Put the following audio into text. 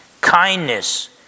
kindness